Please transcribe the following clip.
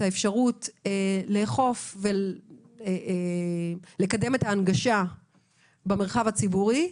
האפשרות לאכוף ולקדם את ההנגשה במרחב הציבורי,